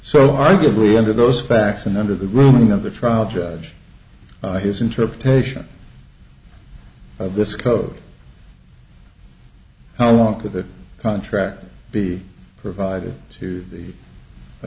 so arguably under those facts and under the ruling of the trial judge his interpretation of this code how long could the contract be provided to the a